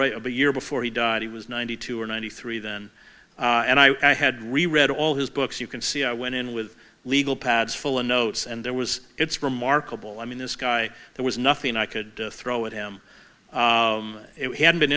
of a year before he died he was ninety two or ninety three then and i had really read all his books you can see i went in with legal pads full of notes and there was it's remarkable i mean this guy there was nothing i could throw at him it had been